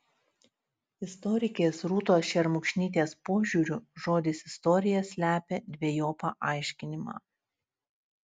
istorikės rūtos šermukšnytės požiūriu žodis istorija slepia dvejopą aiškinimą